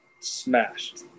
smashed